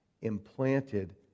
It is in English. implanted